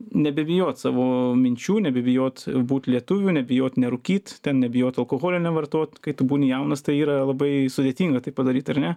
nebebijot savo minčių nebebijot būt lietuviu nebijot nerūkyt ten nebijot alkoholio nevartot kai tu būni jaunas tai yra labai sudėtinga tai padaryt ar ne